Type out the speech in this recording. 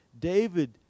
David